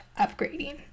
upgrading